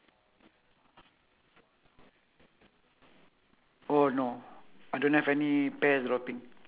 uh four four light I mean green and one eh and two is a dark green dark dark one